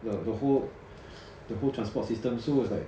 的 the whole the whole transport system so is like